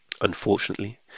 Unfortunately